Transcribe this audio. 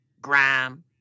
grime